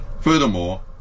Furthermore